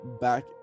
back